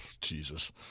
Jesus